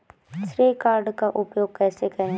श्रेय कार्ड का उपयोग कैसे करें?